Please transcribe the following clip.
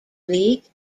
league